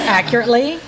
accurately